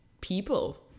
people